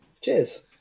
Cheers